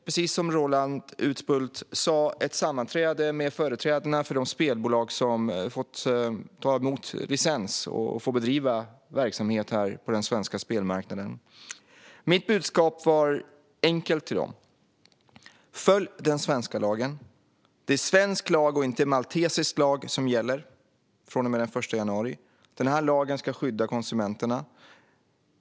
Precis som Roland Utbult sa har jag haft ett sammanträde med företrädare för de spelbolag som fått ta emot licens att bedriva verksamhet på den svenska spelmarknaden. Mitt budskap till dem var enkelt: Följ den svenska lagen! Det är svensk lag och inte maltesisk lag som gäller från och med den 1 januari. Denna lag ska skydda konsumenterna.